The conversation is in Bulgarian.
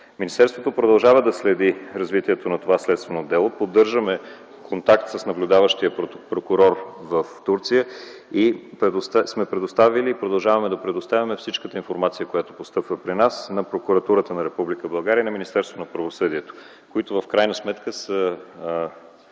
Министерството продължава да следи развитието на това следствено дело. Поддържаме контакт с наблюдаващия прокурор в Турция и сме предоставяли и продължаваме да предоставяме цялата информация, която постъпва при нас, на прокуратурата на Република Българи и на Министерството на правосъдието, които в крайна сметка са